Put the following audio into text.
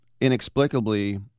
inexplicably